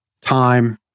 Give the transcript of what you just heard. time